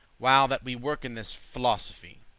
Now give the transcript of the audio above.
while that we work in this phiosophy.